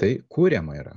tai kuriama yra